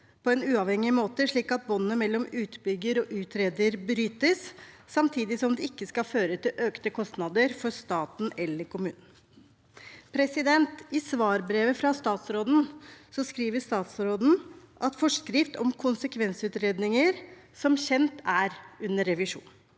på en uavhengig måte, slik at båndene mellom utbygger og utreder brytes, samtidig som det ikke skal føre til økte kostnader for staten eller kommunen. I svarbrevet fra statsråden skriver statsråden at forskrift om konsekvensutredninger som kjent er under revisjon,